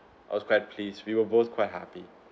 I was quite pleased we were both quite happy